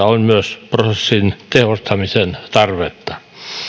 on myös kehittämishaasteita ja prosessin tehostamisen tarvetta